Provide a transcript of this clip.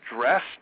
dressed